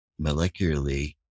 molecularly